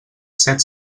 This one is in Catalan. set